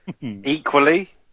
Equally